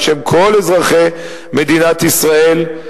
בשם כל אזרחי מדינת ישראל,